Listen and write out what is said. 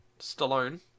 Stallone